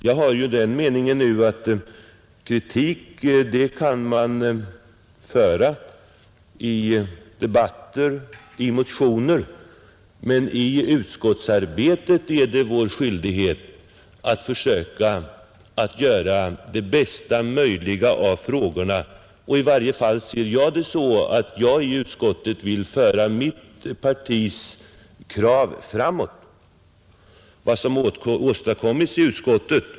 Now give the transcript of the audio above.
Jag har den meningen att man kan framföra kritik i motioner och i debatter men att det i utskottsarbetet är vår skyldighet att försöka göra det bästa möjliga och föra frågorna framåt. I varje fall ser jag det så att jag i utskottet vill föra mitt partis krav framåt genom att åstadkomma en majoritetsskrivning från utskottet.